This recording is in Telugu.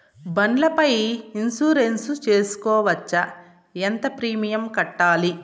బండ్ల పై ఇన్సూరెన్సు సేసుకోవచ్చా? ఎంత ప్రీమియం కట్టాలి?